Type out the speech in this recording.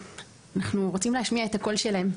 אנחנו רוצים להשמיע את הקול שלהם,